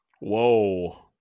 Whoa